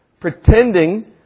pretending